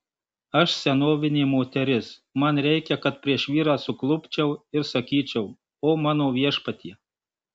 aš senovinė moteris man reikia kad prieš vyrą suklupčiau ir sakyčiau o mano viešpatie